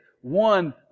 one